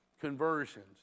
conversions